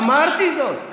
אמרתי זאת.